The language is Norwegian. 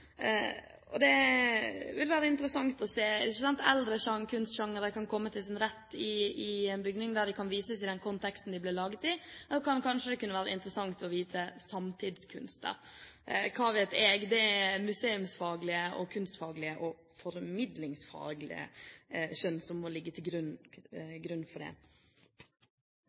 Det vil være interessant å se at eldre kunstsjangre kan komme til sin rett i en bygning der de kan vises i den konteksten de ble laget i, og det kunne kanskje vært interessant å vise samtidskunst der – hva vet jeg? Det er museumsfaglige, kunstfaglige og formidlingsfaglige skjønn som må ligge til grunn for det.